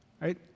right